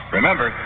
Remember